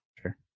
Sure